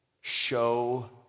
show